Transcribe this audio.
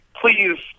please